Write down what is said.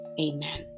Amen